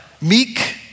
meek